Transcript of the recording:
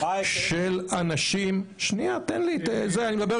של אנשים שהיגרו